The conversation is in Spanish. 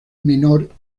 menor